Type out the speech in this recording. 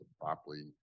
properly